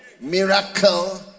miracle